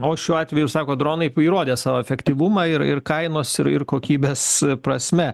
o šiuo atveju sakot dronai įrodė savo efektyvumą ir ir kainos ir kokybės prasme